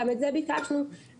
גם את זה ביקשנו מהמינהלת,